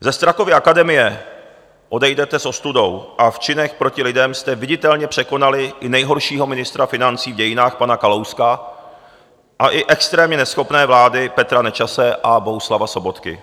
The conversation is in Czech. Ze Strakovy akademie odejdete s ostudou a v činech proti lidem jste viditelně překonali i nejhoršího ministra financí v dějinách pana Kalouska a i extrémně neschopné vlády Petra Nečase a Bohuslava Sobotky.